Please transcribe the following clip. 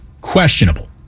Questionable